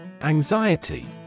Anxiety